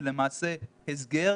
זה למעשה הסגר,